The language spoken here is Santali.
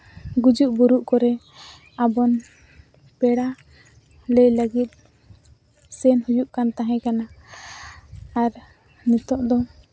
ᱜᱩᱡᱩᱜᱼᱜᱩᱨᱩᱜ ᱠᱚᱨᱮ ᱟᱵᱚᱱ ᱯᱮᱲᱟ ᱞᱟᱹᱭ ᱞᱟᱹᱜᱤᱫ ᱥᱮᱱ ᱦᱩᱭᱩᱜ ᱠᱟᱱ ᱛᱟᱦᱮᱸ ᱠᱟᱱᱟ ᱟᱨ ᱱᱤᱛᱳᱜ ᱫᱚ